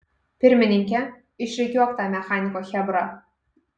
pirmininke išrikiuok tą mechaniko chebrą